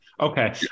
Okay